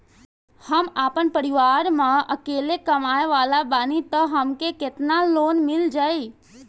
हम आपन परिवार म अकेले कमाए वाला बानीं त हमके केतना लोन मिल जाई?